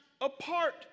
Apart